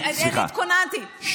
אני התכוננתי.